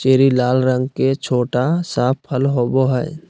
cherry लाल रंग के छोटा सा फल होबो हइ